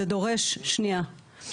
שניה,